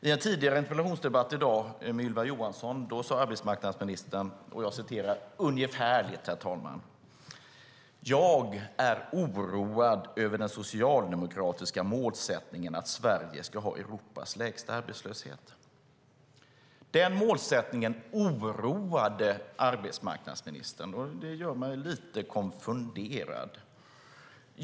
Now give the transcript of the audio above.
I en tidigare interpellationsdebatt i dag med Ylva Johansson sade arbetsmarknadsministern ungefär: Jag är oroad över den socialdemokratiska målsättningen att Sverige ska ha Europas lägsta arbetslöshet. Den målsättningen oroade arbetsmarknadsministern. Det gör mig lite konfunderad.